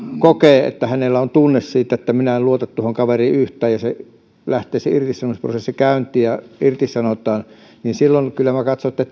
kokee hänellä on tunne siitä että minä en luota tuohon kaveriin yhtään ja lähtee se irtisanomisprosessi käyntiin ja irtisanotaan niin silloin kyllä katson että